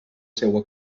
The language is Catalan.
seua